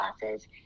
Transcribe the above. classes